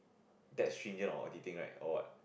that stringent auditing right or what